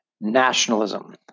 nationalism